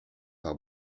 par